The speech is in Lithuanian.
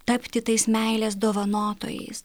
tapti tais meilės dovanotojais